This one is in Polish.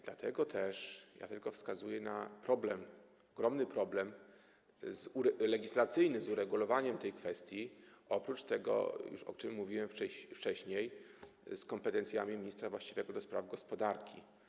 Dlatego też ja tylko wskazuję na problem, ogromny problem legislacyjny, z uregulowaniem tej kwestii, a oprócz tego - o czym już mówiłem wcześniej - z kwestią kompetencji ministra właściwego do spraw gospodarki.